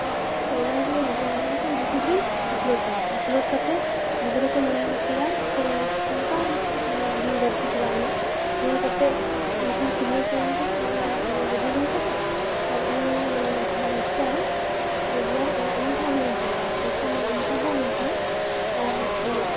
ᱛᱚ ᱚᱱᱟᱜᱮ ᱵᱷᱤᱰᱭᱳ ᱵᱮᱱᱟᱣ ᱠᱟᱛᱮ ᱤᱭᱩᱴᱤᱵ ᱨᱤᱧ ᱟᱯᱞᱳᱰ ᱠᱟᱫᱟ ᱟᱯᱞᱳᱰ ᱠᱟᱛᱮ ᱜᱤᱫᱽᱨᱟᱹ ᱠᱚ ᱧᱮᱞ ᱠᱮᱫᱟ ᱥᱮ ᱱᱚᱝᱠᱟ ᱢᱟᱱᱮ ᱵᱷᱤᱭᱩ ᱵᱟᱹᱲᱛᱤ ᱪᱟᱞᱟᱣᱮᱱᱟ ᱧᱮᱞ ᱠᱟᱛᱮ ᱩᱱᱠᱩ ᱥᱤᱠᱷᱱᱟᱹᱛ ᱠᱚ ᱧᱟᱢ ᱠᱮᱫᱟ ᱚᱱᱟ ᱵᱷᱤᱰᱭᱳ ᱧᱮᱞ ᱠᱟᱛᱮ ᱟᱨ ᱤᱧᱟᱹᱝ ᱢᱟᱱᱮ ᱡᱟᱦᱟᱸ ᱨᱳᱡᱜᱟᱨ ᱨᱳᱡᱜᱟᱨ ᱚᱱᱟ ᱤᱧᱟᱹᱜ ᱦᱚᱸ ᱦᱩᱭᱮᱱ ᱛᱤᱧᱟᱹ ᱯᱚᱭᱥᱟ ᱢᱟᱱᱮ ᱤᱱᱠᱟᱢ ᱦᱚᱸ ᱦᱩᱭᱮᱱ ᱛᱤᱧᱟᱹ ᱟᱨ ᱤᱧᱟᱹᱜ